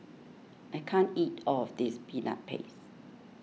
I can't eat all of this Peanut Paste